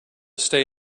stay